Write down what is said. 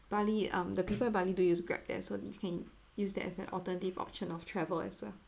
bali um the people in bali do use Grab there so you can use that as an alternative option of travel as well